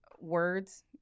words